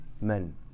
men